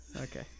Okay